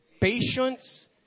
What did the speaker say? patience